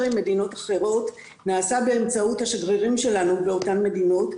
עם מדינות אחרות נעשה באמצעות השגרירים שלנו באותן מדינות.